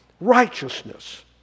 righteousness